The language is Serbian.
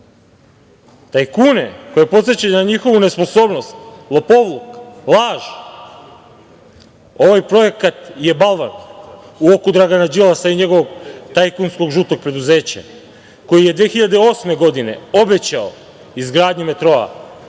Tajkune koje podseća na njihovu nesposobnost, lopovluk, laž. Ovaj projekat je balvan u oku Dragana Đilasa i njegovog tajkunskog žutog preduzeća koji je 2008. godine obećao izgradnju metroa,